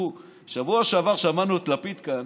בשבוע שעבר שמענו את לפיד כאן